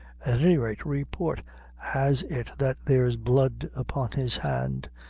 at any rate, report has it that there's blood upon his hand,